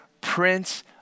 prince